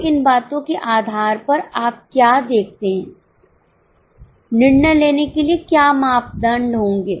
अब इनबातों के आधार पर आप क्या देखते हैं निर्णय लेने के लिए क्या मानदंड होंगे